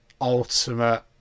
ultimate